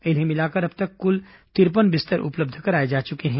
इन्हें मिलाकर अब तक कुल तिरपन बिस्तर उपलब्ध कराए जा चुके हैं